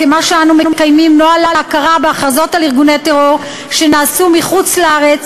כמו שאנו מקיימים נוהל להכרה בהכרזות על ארגוני טרור שנעשו בחוץ-לארץ,